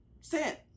sent